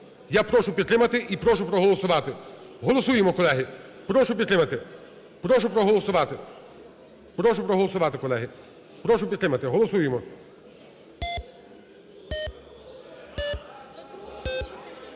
я прошу підтримати і прошу проголосувати. Голосуємо, колег, прошу підтримати, прошу проголосувати. Прошу проголосувати, колеги, прошу підтримати. Голосуємо.